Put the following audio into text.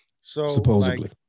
Supposedly